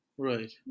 Right